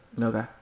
Okay